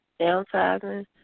downsizing